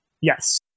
Yes